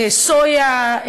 סויה,